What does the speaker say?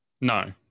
no